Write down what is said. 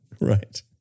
Right